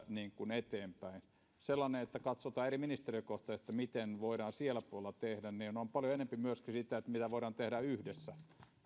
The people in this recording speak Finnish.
eteenpäin sen lisäksi että katsotaan ministeriökohtaisesti miten voidaan sillä puolella tehdä on paljon enempi katsottava myöskin sitä mitä voidaan tehdä yhdessä